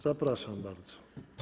Zapraszam bardzo.